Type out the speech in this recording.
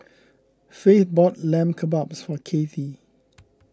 Faith bought Lamb Kebabs for Cathie